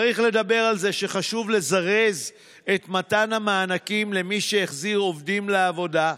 צריך לדבר על זה שחשוב לזרז את מתן המענקים למי שהחזיר עובדים לעבודה,